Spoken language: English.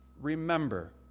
remember